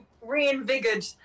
reinvigorated